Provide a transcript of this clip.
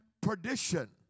perdition